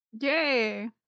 Yay